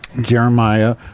Jeremiah